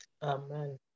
Amen